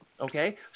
Okay